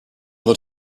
them